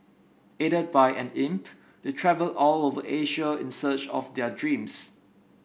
aided by an imp they travel all over Asia in search of their dreams